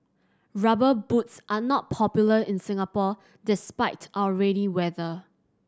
Rubber Boots are not popular in Singapore despite our rainy weather